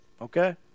Okay